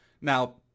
Now